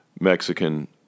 Mexican